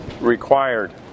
required